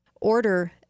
order